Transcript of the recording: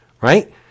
right